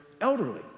elderly